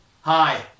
Hi